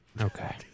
Okay